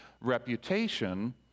reputation